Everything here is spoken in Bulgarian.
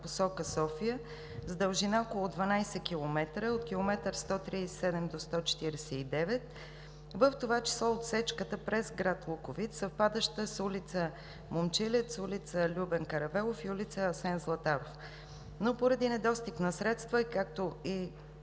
посока София с дължина около 12 км – от км 137 до км 149, в това число отсечката през град Луковит, съвпадаща с улица „Момчилец“, улица „Любен Каравелов“ и улица „Асен Златаров“, но поради недостиг на средства, предвид и